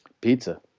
pizza